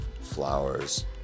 flowers